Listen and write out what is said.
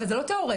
וזה לא תאורטי.